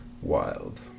Wild